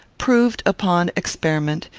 proved, upon experiment,